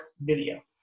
video